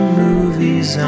movies